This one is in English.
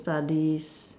studies